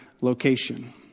location